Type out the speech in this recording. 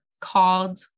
called